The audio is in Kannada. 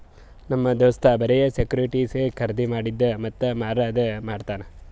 ನಮ್ ದೋಸ್ತ್ ಬರೆ ಸೆಕ್ಯೂರಿಟಿಸ್ ಖರ್ದಿ ಮಾಡಿದ್ದು ಮತ್ತ ಮಾರದು ಮಾಡ್ತಾನ್